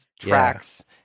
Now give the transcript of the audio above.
tracks